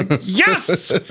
Yes